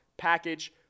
Package